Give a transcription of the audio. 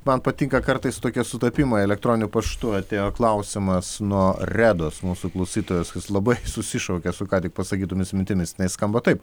man patinka kartais tokie sutapimai elektroniniu paštu atėjo klausimas nuo redos mūsų klausytojos labai susišaukia su ką tik pasakytomis mintimis jinai skamba taip